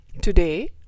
Today